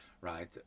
Right